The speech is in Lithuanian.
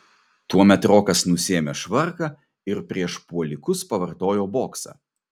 tuomet rokas nusiėmė švarką ir prieš puolikus pavartojo boksą